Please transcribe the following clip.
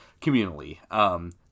communally